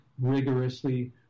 rigorously